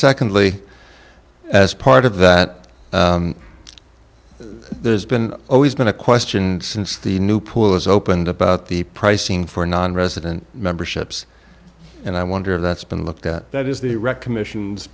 secondly as part of that there's been always been a question since the new pool is opened about the pricing for nonresident memberships and i wonder if that's been looked at that is the direct commission